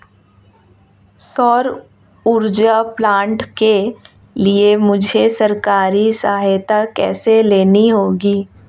सौर ऊर्जा प्लांट के लिए मुझे सरकारी सहायता कैसे लेनी होगी?